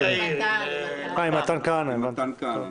מתן כהנא.